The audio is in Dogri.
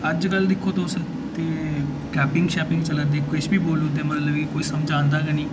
अज्जकल दिक्खो तुस ते कैपिंग शैपिंग चला दी किश बी बोलो ते मतलब कोई समझ आंदा गै निं